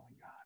God